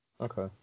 Okay